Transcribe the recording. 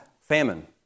Famine